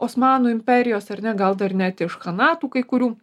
osmanų imperijos ar ne gal dar net iš chanatų kai kurių